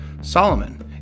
Solomon